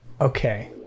Okay